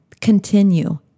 continue